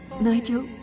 Nigel